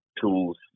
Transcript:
tools